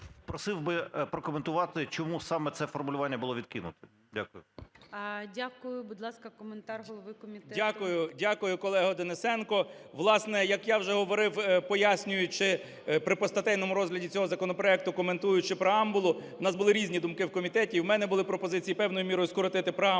просив би прокоментувати, чому саме це формулювання було відкинуте. Дякую. ГОЛОВУЮЧИЙ. Дякую. Будь ласка, коментар голови комітету. 12:56:45 КНЯЖИЦЬКИЙ М.Л. Дякую. Дякую, колего Денисенко. Власне, як я вже говорив, пояснюючи при постатейному розгляді цього законопроекту, коментуючи преамбулу, у нас були різні думки в комітеті, і в мене були пропозиції певною мірою скоротити преамбулу.